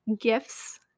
gifts